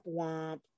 womp